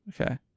Okay